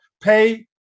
pay